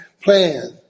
plan